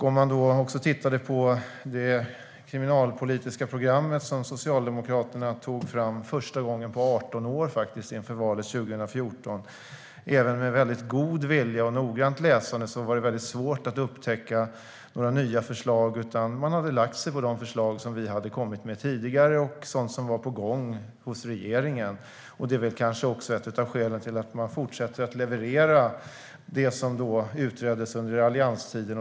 Om man tittar på det kriminalpolitiska program som Socialdemokraterna tog fram, för första gången på 18 år, inför valet 2014 är det även med god vilja och noggrant läsande svårt att upptäcka några nya förslag. De förde fram förslag som vi hade kommit med tidigare och sådant som var på gång hos regeringen. Det är kanske ett av skälen till att de fortsätter leverera det som utreddes under allianstiden.